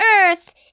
Earth